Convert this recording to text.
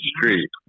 street